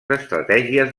estratègies